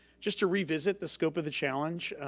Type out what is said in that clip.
just to revisit the scope of the challenge,